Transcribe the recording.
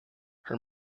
her